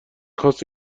خواست